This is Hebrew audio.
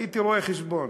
הייתי רואה-חשבון,